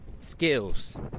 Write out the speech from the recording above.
skills